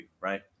Right